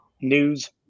news